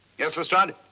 yes, lestrade?